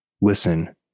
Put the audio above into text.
Listen